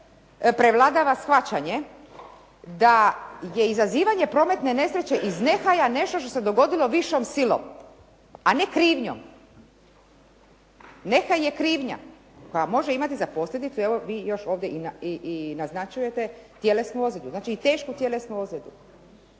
prevladava shvaćanje da je izazivanje prometne nesreće iz nehaja nešto što se dogodilo višom silom, a ne krivnjom. Nehaj je krivnja, pa može imati za posljedicu, evo vi još ovdje i naznačujete, tjelesnu ozljedu. Znači i tešku tjelesnu ozljedu.